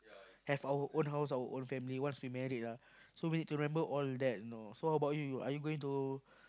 have our own house our own family once we married lah so we need to remember all of that know so how about you are you going to